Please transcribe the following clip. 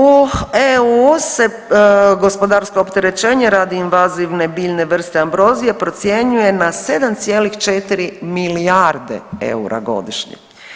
U EU se gospodarsko opterećenje radi invazivne biljne vrste ambrozije procjenjuje na 7,4 milijarde eura godišnje.